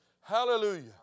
Hallelujah